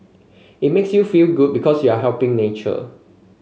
it makes you feel good because you are helping nature